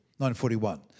1941